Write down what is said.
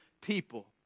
people